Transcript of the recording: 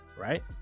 right